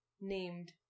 named